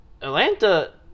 Atlanta